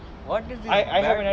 what is it